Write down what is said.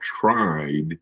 tried